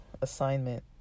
assignment